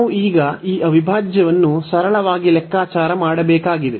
ನಾವು ಈಗ ಈ ಅವಿಭಾಜ್ಯವನ್ನು ಸರಳವಾಗಿ ಲೆಕ್ಕಾಚಾರ ಮಾಡಬೇಕಾಗಿದೆ